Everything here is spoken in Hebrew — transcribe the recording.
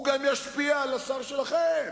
הוא גם ישפיע על השר שלכם,